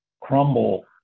crumble